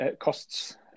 costs